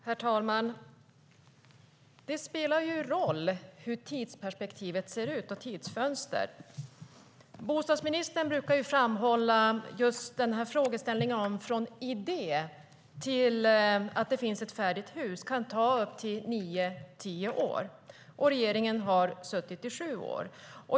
Herr talman! Det spelar roll hur tidsperspektivet ser ut. Bostadsministern brukar framhålla att det kan ta upp till nio tio år från en idé till ett färdigt hus, och regeringen har suttit i sju år.